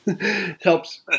helps